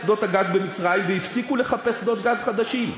שדות הגז במצרים והפסיקו לחפש שדות גז חדשים.